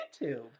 YouTube